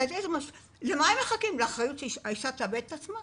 האם הם מחכים שהאישה תאבד את עצמה